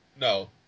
No